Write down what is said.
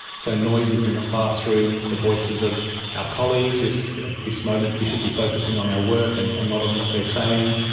so noises in the classroom, the voices of our colleagues, if at this moment we should be focusing on our work and and not on what they are saying,